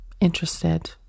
interested